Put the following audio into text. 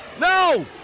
No